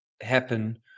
happen